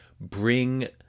Bring